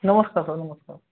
नमस्कार सर नमस्कार